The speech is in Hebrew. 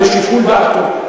לשיקול דעתו.